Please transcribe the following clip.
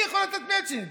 מי יכול לתת מצ'ינג?